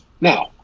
Now